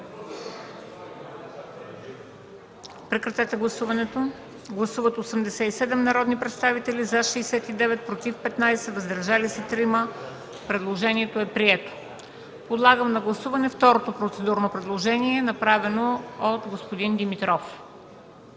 Прегласуване. Гласували 87 народни представители: за 69, против 15, въздържали се 3. Предложението е прието. Подлагам на гласуване второто процедурно предложение, направено от господин Тодор Димитров.